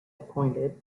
appointed